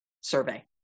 survey